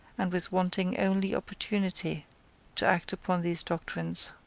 and with wanting only opportunity to act upon those doctrines.